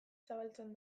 zabaltzen